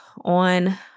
on